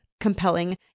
compelling